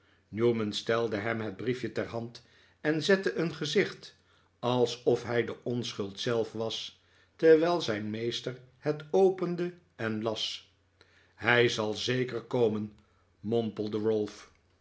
newman stelde hem het briefje ter hand en zette een gezicht alsof hij de onschuld zelf was terwijl zijn meester het opende en las hij zal zeker komen mompelde